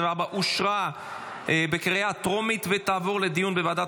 אושרה בקריאה טרומית ותעבור לדיון בוועדת